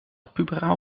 puberaal